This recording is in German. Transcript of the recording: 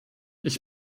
ich